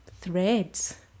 threads